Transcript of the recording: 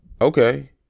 Okay